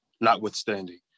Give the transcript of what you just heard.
notwithstanding